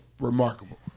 remarkable